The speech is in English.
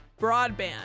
Broadband